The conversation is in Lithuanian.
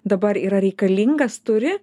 dabar yra reikalingas turi